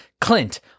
Clint